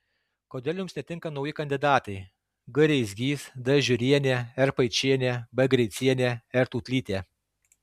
kodėl jums netinka nauji kandidatai g reisgys d žiurienė r paičienė b greicienė r tūtlytė